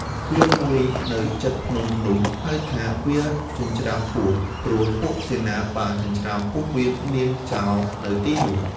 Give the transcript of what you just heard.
វាលមួយនៅជិតភ្នំនោះ ហៅថា វាលចិញ្ច្រាំពោះ ព្រោះពួកសេនាបានចិញ្ច្រាំពោះវៀននាងចោលនៅទីនោះ។